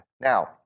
Now